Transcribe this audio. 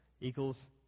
equals